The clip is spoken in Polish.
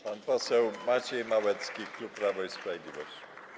Pan poseł Maciej Małecki, klub Prawo i Sprawiedliwość.